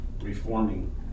reforming